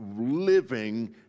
living